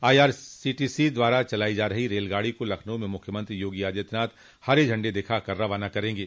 IRCTC द्वारा चलाई जा रही इस रेलगाड़ी को लखनऊ में मुख्यमंत्री योगी आदित्यनाथ हरी झंडी दिखाकर रवाना करेंगे